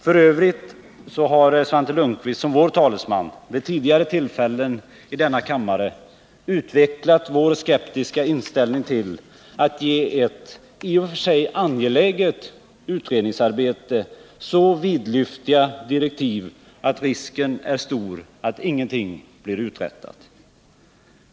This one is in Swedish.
F. ö. har Svante Lundkvist som vår talesman vid tidigare tillfällen i denna kammare utvecklat vår skeptiska inställning till att ge ett i och för sig angeläget utredningsarbete så vidlyftiga direktiv att risken är stor att ingenting blir uträttat.